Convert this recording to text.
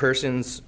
persons